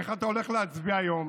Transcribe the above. איך אתה הולך להצביע היום